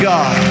God